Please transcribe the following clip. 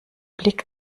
blick